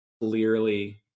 clearly